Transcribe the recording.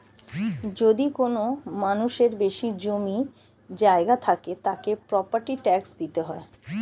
যদি কোনো মানুষের বেশি জমি জায়গা থাকে, তাকে প্রপার্টি ট্যাক্স দিতে হয়